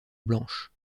blanche